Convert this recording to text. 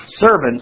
Servants